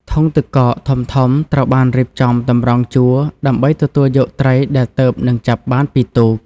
ធុងទឹកកក ធំៗត្រូវបានរៀបចំតម្រង់ជួរ ដើម្បីទទួលយកត្រីដែលទើបនឹងចាប់បានពីទូក។